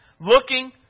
looking